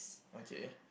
okay